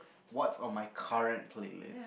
what's on my current playlist